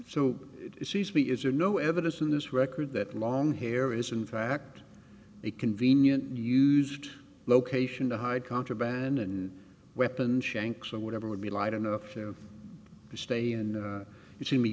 it seems to me is there no evidence in this record that long hair is in fact a convenient and used location to hide contraband and weapons shanks or whatever would be light enough to stay and you see me